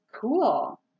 cool